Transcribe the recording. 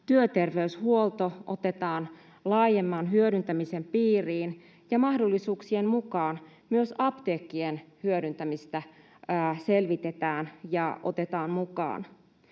työterveyshuolto otetaan laajemman hyödyntämisen piiriin ja mahdollisuuksien mukaan myös apteekkien hyödyntämistä selvitetään ja ne otetaan mukaan.